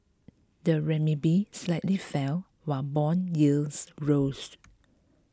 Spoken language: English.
the renminbi slightly fell while bond yields rose